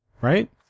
right